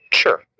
Sure